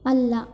ಅಲ್ಲ